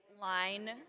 line